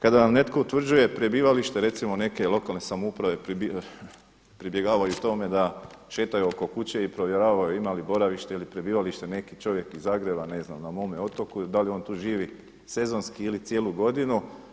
Kada vam netko utvrđuje prebivalište, recimo, neke lokalne samouprave pribjegavaju tome da šetaju oko kuće i provjeravaju ima li boravište ili prebivalište neki čovjek iz Zagreba na mome otoku, da li on tu živi sezonski ili cijelu godinu.